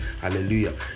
hallelujah